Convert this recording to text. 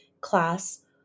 class